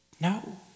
No